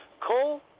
Cole